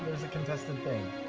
a contested thing.